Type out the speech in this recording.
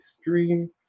stream